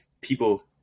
people